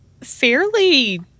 fairly